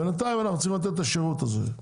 בינתיים אנחנו צריכים לתת את השירות הזה.